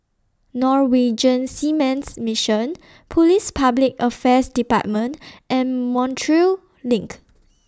Norwegian Seamen's Mission Police Public Affairs department and Montreal LINK